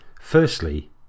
Firstly